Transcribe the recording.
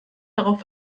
darauf